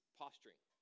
posturing